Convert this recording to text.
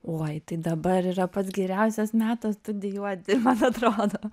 oi tai dabar yra pats geriausias metas studijuoti man atrodo